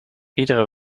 iedere